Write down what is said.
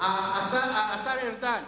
השר ארדן,